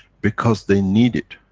because, they need it,